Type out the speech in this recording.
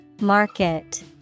Market